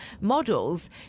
models